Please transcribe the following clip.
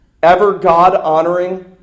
ever-God-honoring